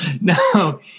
No